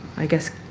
i guess,